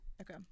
Okay